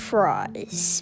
Fries